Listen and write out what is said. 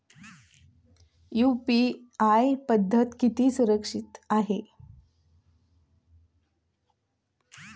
UPI पद्धत किती सुरक्षित आहे?